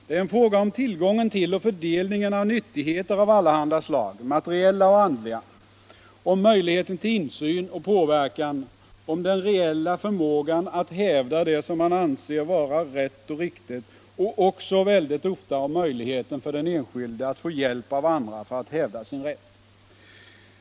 Det är en fråga om tillgången på och fördelningen av nyttigheter av allehanda slag — materiella och andliga — om möjligheten till insyn och påverkan, om den reella förmågan att hävda det som man anser vara rätt och riktigt och också väldigt ofta om möjligheten för den enskilde att få hjälp av andra att hävda sin rätt.